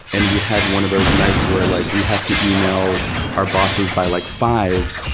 and we had one of those nights where like we have to ah e-mail our bosses by like five